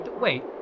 wait